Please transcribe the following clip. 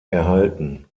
erhalten